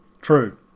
True